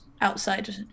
outside